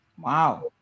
Wow